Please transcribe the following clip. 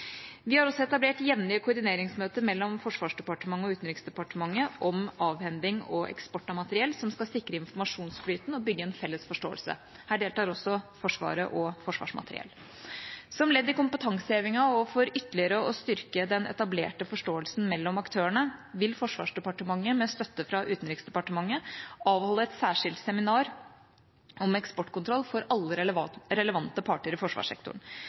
Vi har også etablert jevnlige koordineringsmøter mellom Forsvarsdepartementet og Utenriksdepartementet om avhending og eksport av materiell, som skal sikre informasjonsflyten og bygge en felles forståelse. Her deltar også Forsvaret og Forsvarsmateriell. Som ledd i kompetansehevingen og for ytterligere å styrke den etablerte forståelsen mellom aktørene, vil Forsvarsdepartementet med støtte fra Utenriksdepartementet avholde et særskilt seminar om eksportkontroll for alle relevante parter i forsvarssektoren.